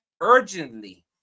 urgently